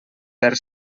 per